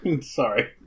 Sorry